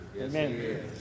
Amen